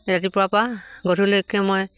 ৰাতিপুৱা পা গধূলিলৈকে মই